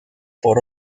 por